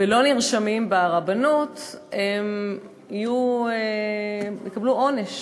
ולא נרשמים ברבנות, יקבלו עונש.